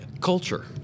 Culture